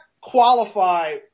qualify